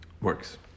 Works